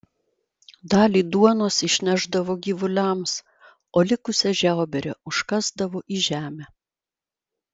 dalį duonos išnešdavo gyvuliams o likusią žiauberę užkasdavo į žemę